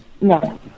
No